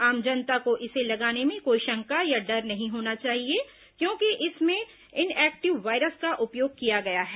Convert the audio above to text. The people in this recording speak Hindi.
आम जनता को इसे लगाने में कोई शंका या डर नहीं होना चाहिए क्योंकि इसमें इनएक्टिव वायरस का उपयोग किया गया है